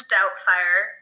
Doubtfire